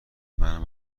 منم